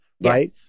right